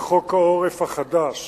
וחוק העורף החדש